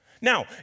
Now